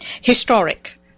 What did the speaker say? historic